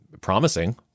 promising